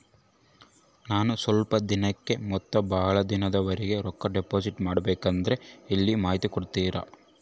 ನಾನು ಸ್ವಲ್ಪ ದಿನಕ್ಕ ಮತ್ತ ಬಹಳ ದಿನಗಳವರೆಗೆ ರೊಕ್ಕ ಡಿಪಾಸಿಟ್ ಮಾಡಬೇಕಂದ್ರ ಎಲ್ಲಿ ಮಾಹಿತಿ ಕೊಡ್ತೇರಾ?